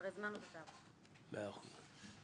מאה אחוז.